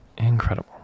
Incredible